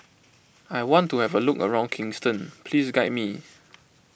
I want to have a look around Kingston please guide me